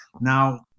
Now